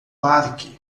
parque